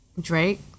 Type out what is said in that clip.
Drake